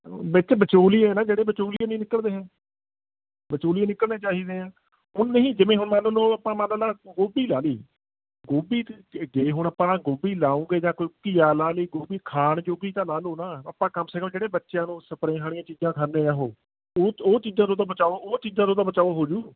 ਵਿੱਚ ਵਿਚੋਲੀਏ ਹੈ ਨਾ ਜਿਹੜੇ ਵਿਚੋਲੀਏ ਨਹੀਂ ਨਿਕਲਦੇ ਹੈ ਵਿਚੋਲੀਏ ਨਿਕਲਣੇ ਚਾਹੀਦੇ ਹੈ ਹੁਣ ਨਹੀਂ ਜਿਵੇਂ ਹੁਣ ਮੰਨ ਲਓ ਆਪਾਂ ਮਤਲਬ ਗੋਭੀ ਲਾ ਲਈ ਗੋਭੀ 'ਚ ਜੇ ਹੁਣ ਆਪਾਂ ਗੋਭੀ ਲਾਊਂਗੇ ਜਾਂ ਕੋਈ ਘੀਆ ਲਾ ਲਈ ਗੋਭੀ ਖਾਣ ਜੋਗੀ ਤਾਂ ਲਾ ਲਉ ਨਾ ਆਪਾਂ ਕਮ ਸੇ ਕਮ ਜਿਹੜੇ ਬੱਚਿਆਂ ਨੂੰ ਸਪਰੇਹਾਂ ਵਾਲੀਆਂ ਚੀਜ਼ਾਂ ਖਾਂਦੇ ਆ ਉਹ ਉਹ ਉਹ ਚੀਜ਼ਾਂ ਤੋਂ ਤਾਂ ਬਚਾਓ ਉਹ ਚੀਜ਼ਾਂ ਤੋਂ ਤਾਂ ਬਚਾਓ ਹੋਜੂ